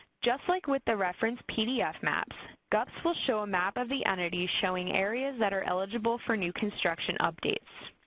just like with the reference pdf maps, gups will show a map of the entity showing areas that are eligible for new construction updates.